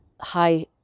high